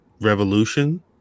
Revolution